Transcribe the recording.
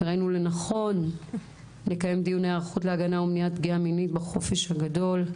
ראינו לנכון לקיים דיוני היערכות להגנה ומניעת פגיעה מינית בחופש הגדול.